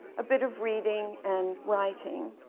a bit of reading and writing.